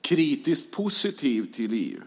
kritiskt positiv till EU.